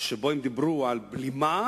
שבה הם דיברו על בלימה,